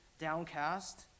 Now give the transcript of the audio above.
downcast